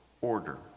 order